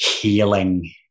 healing